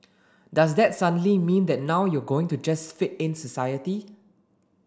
does that suddenly mean that now you're going to just fit in society